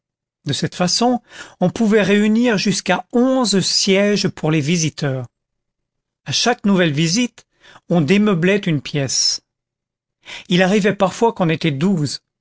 de cette façon on pouvait réunir jusqu'à onze sièges pour les visiteurs à chaque nouvelle visite on démeublait une pièce il arrivait parfois qu'on était douze